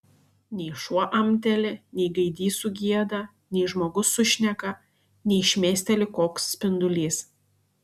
nei šuo amteli nei gaidys sugieda nei žmogus sušneka nei šmėsteli koks spindulys